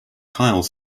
kyle